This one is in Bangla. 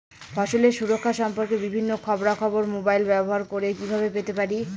ফসলের সুরক্ষা সম্পর্কে বিভিন্ন খবরা খবর মোবাইল ব্যবহার করে কিভাবে পেতে পারি?